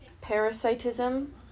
parasitism